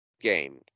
game